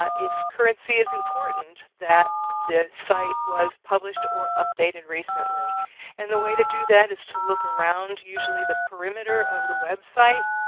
ah it's currency is important that the site was published or updated recently and the way to do that is to look around, usually the perimeter of the website,